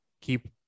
keep